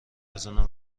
بزنن